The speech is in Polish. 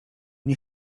nie